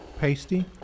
pasty